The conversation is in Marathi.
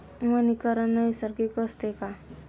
वनीकरण नैसर्गिक असते का?